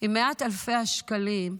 עם מעט אלפי השקלים,